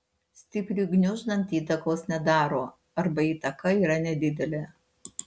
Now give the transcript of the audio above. stipriui gniuždant įtakos nedaro arba įtaka yra nedidelė